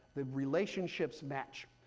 the relationships match.